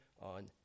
on